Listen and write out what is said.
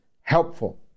helpful